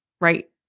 right